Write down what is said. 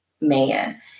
man